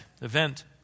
event